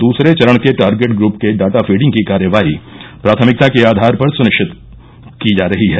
दूसरे चरण के टारगेट ग्र्प के डाटा फीडिंग की कार्यवाही प्राथमिकता के आधार पर सुनिश्चित कर जा रही है